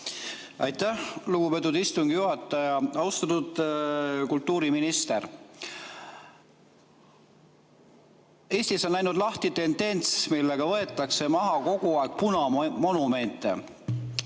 Aitäh, lugupeetud istungi juhataja! Austatud kultuuriminister! Eestis on läinud lahti tendents, et võetakse maha kogu aeg punamonumente.